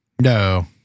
No